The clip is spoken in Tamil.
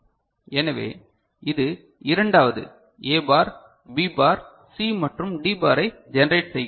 எனவே இது இரண்டாவது A bar B bar C மற்றும் டி பாரை ஜெனேரட் செய்கிறது